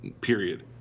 period